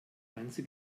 ganze